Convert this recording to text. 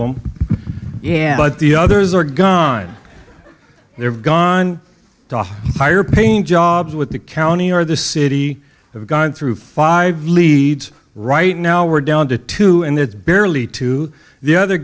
them yeah but the others are gone they've gone to a higher paying job with the county or the city have gone through five leads right now we're down to two and there's barely to the other